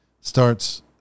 starts